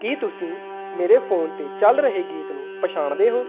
ਕੀ ਤੁਸੀਂ ਮੇਰੇ ਫ਼ੋਨ 'ਤੇ ਚੱਲ ਰਹੇ ਗੀਤ ਨੂੰ ਪਛਾਣਦੇ ਹੋ